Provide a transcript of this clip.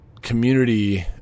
community